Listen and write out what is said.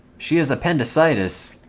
she has appendicitis